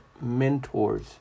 mentors